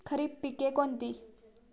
खरीप पिके कोणती?